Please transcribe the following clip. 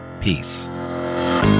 Peace